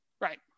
Right